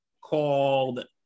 called